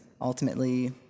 ultimately